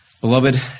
Beloved